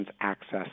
access